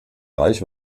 reich